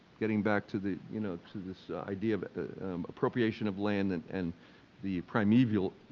getting back to the, you know, to this idea of appropriation of land and and the primeval